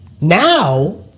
Now